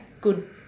good